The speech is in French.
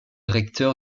recteur